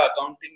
Accounting